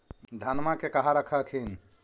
धनमा के कहा रख हखिन?